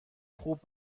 خوب